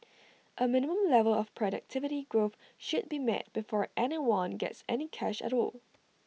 A minimum level of productivity growth should be met before anyone gets any cash at all